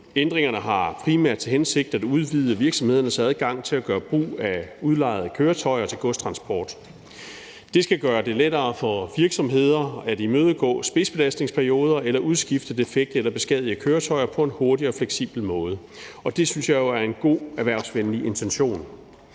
Ændringerne har primært til hensigt at udvide virksomhedernes adgang til at gøre brug af udlejede køretøjer til godstransport. Det skal gøre det lettere for virksomheder at imødegå spidsbelastningsperioder eller udskifte defekte eller beskadigede køretøjer på en hurtig og fleksibel måde, og det synes jeg jo er en god, erhvervsvenlig intention.